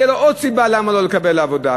תהיה עוד סיבה למה לא לקבל לעבודה,